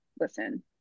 listen